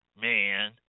man